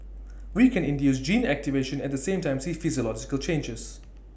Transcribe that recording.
we can induce gene activation at the same time see physiological changes